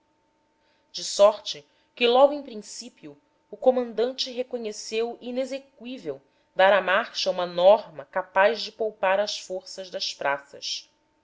de sorte que logo em princípio o comandante reconheceu inexeqüível dar à marcha uma norma capaz de poupar as forças das praças